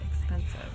expensive